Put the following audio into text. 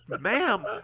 Ma'am